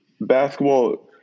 basketball